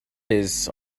his